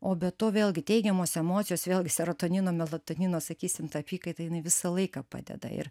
o be to vėlgi teigiamos emocijos vėlgi serotonino melatonino sakysim ta apykaita jinai visą laiką padeda ir